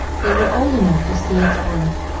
they were old enough to see its worth,